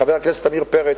חבר הכנסת עמיר פרץ,